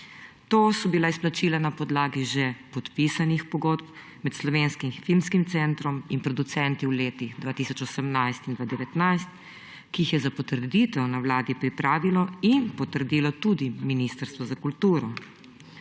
To so bila izplačila na podlagi že podpisanih pogodb med Slovenskim filmskim centrom in producenti v letih 2018 in 2019, ki jih je za potrditev na Vladi pripravilo in potrdilo tudi Ministrstvo za kulturo.